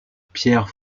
pierre